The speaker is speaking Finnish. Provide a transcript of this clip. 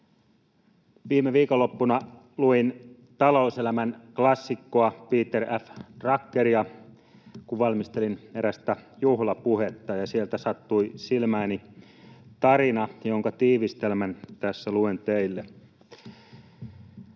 Viime viikonloppuna luin talouselämän klassikkoa, Peter F. Druckeria, kun valmistelin erästä juhlapuhetta, ja sieltä sattui silmääni tarina, jonka tiivistelmän tässä luen teille: